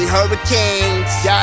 Hurricanes